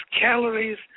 calories